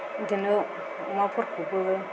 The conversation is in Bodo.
बिदिनो अमाफोरखौबो